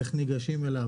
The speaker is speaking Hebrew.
איך ניגשים אליו,